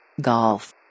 Golf